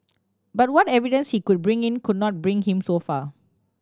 but what evidence he could bring in could not bring him so far